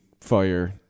fire